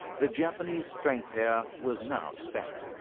the japanese strength here was now spent.